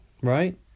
right